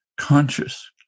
conscious